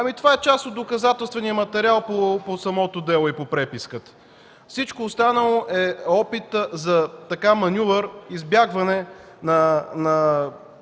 това е част от доказателствения материал по самото дело и по преписката. Всичко останало е опит за маньовър, избягване на